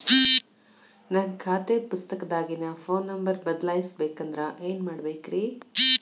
ನನ್ನ ಖಾತೆ ಪುಸ್ತಕದಾಗಿನ ಫೋನ್ ನಂಬರ್ ಬದಲಾಯಿಸ ಬೇಕಂದ್ರ ಏನ್ ಮಾಡ ಬೇಕ್ರಿ?